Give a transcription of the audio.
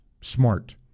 smart